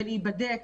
ולהיבדק,